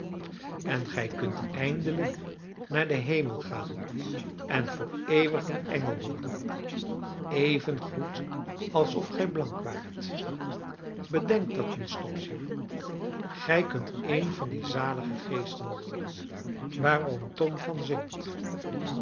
en gij kunt eindelijk naar den hemel gaan en voor eeuwig een engel worden evengoed alsof gij blank waart bedenk dat eens topsy gij kunt een van die zalige geesten worden waar oom tom van zingt